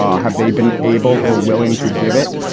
um have they been able or willing to give it?